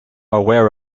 aware